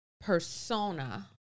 persona